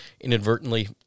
inadvertently